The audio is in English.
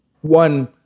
one